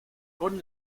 con